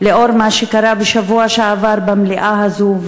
לנוכח מה שקרה בשבוע שעבר במליאה הזאת,